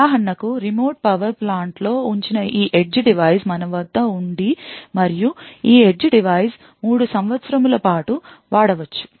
ఉదాహరణకు remote power ప్లాంట్లో ఉంచిన ఈ edge డివైస్ మన వద్ద ఉండి మరియు ఈ ఎడ్జ్ డివైస్ 3 సంవత్సరముల పాటు వాడ వచ్చు